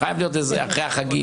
חייב להיות אחרי החגים.